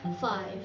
five